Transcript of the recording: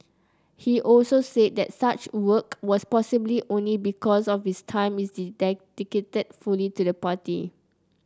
he also said that such work was possible only because his time is dedicated fully to the party